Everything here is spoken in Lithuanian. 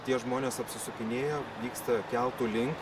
tie žmonės apsisukinėjo vyksta keltų link